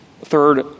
Third